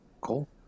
Cool